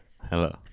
hello